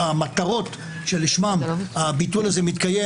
שהמטרות שלשמן הביטול הזה מתקיים,